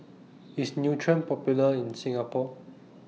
IS Nutren Popular in Singapore